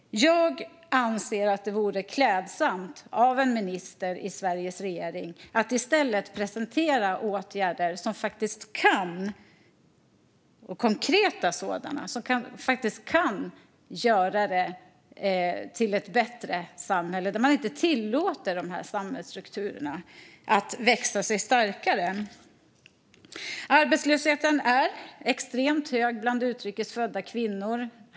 Jag anser att det vore klädsamt av en minister i Sveriges regering att i stället presentera konkreta åtgärder som faktiskt kan göra detta till ett bättre samhälle där man inte tillåter de här samhällsstrukturerna att växa sig starkare. Arbetslösheten är extremt hög bland utrikes födda kvinnor.